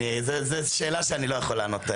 זה שאלה שאני לא יכול לענות עליה.